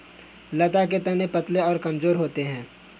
लता के तने पतले और कमजोर होते हैं